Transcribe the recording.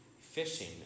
fishing